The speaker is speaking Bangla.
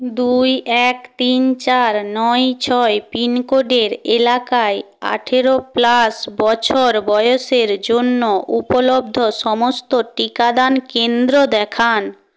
দুই এক তিন চার নয় ছয় পিনকোডের এলাকায় আঠেরো প্লাস বছর বয়সের জন্য উপলব্ধ সমস্ত টিকাদান কেন্দ্র দেখান